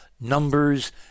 numbers